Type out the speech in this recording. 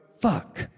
Fuck